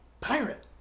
pirate